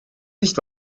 nicht